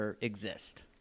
exist